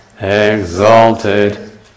exalted